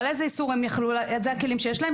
אבל איזה איסור הוא יכול היה לתת מתוך הכלים שיש לו?